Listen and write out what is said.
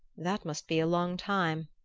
that must be a long time,